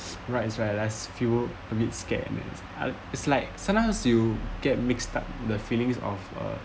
right whereas I feel a bit scared and then I it's like sometimes you get mixed up the feelings of uh